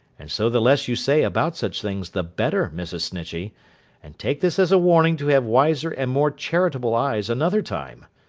and so the less you say about such things the better, mrs. snitchey and take this as a warning to have wiser and more charitable eyes another time.